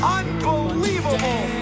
unbelievable